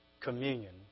communion